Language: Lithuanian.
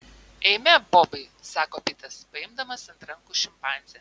eime bobai sako pitas paimdamas ant rankų šimpanzę